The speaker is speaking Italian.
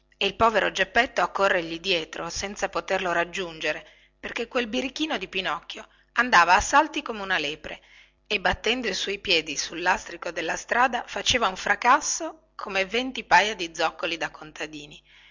e il povero geppetto a corrergli dietro senza poterlo raggiungere perché quel birichino di pinocchio andava a salti come una lepre e battendo i suoi piedi di legno sul lastrico della strada faceva un fracasso come venti paia di zoccoli da contadini